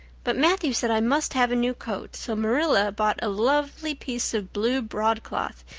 but matthew said i must have a new coat, so marilla bought a lovely piece of blue broadcloth,